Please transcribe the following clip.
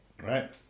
Right